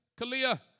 Kalia